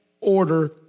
order